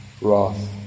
wrath